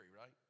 right